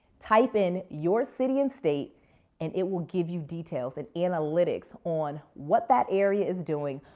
type in your city and state and it will give you details, and analytics on what that area is doing.